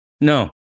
no